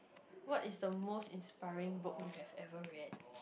what is the most inspiring book you have ever read